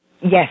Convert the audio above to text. Yes